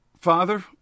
Father